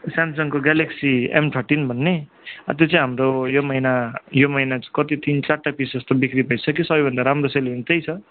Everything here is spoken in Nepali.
सेमसङको ग्यालेक्सी एम थर्टिन भन्ने त्यो चाहिँ हाम्रो यो महिना यो महिना चाहिँ कति तिन चारवटा पिस जस्तो बिक्री भइसक्यो सब भन्दा राम्रो सेलिङ हुने त्यही छ